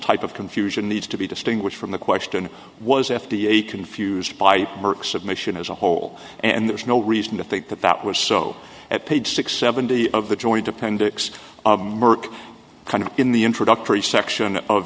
type of confusion needs to be distinguished from the question was f d a confused by merck submission as a whole and there's no reason to think that that was so at page six seventy of the joint appendix merck kind of in the introductory section of